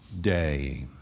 day